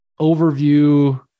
overview